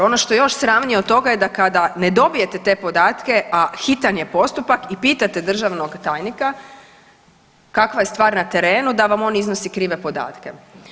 Ono što je još sramnije od toga je da kada ne dobijete te podatke, a hitan je postupak i pitate državnog tajnika kakva je stvar na terenu, da vam on iznosi krive podatke.